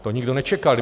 To nikdo nečekal.